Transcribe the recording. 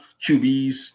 QBs